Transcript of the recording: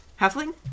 Halfling